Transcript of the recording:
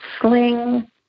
sling